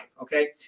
okay